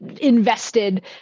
invested